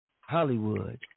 Hollywood